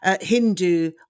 Hindu